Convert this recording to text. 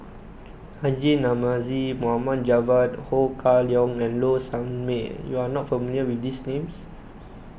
Haji Namazie Mohd Javad Ho Kah Leong and Low Sanmay you are not familiar with these names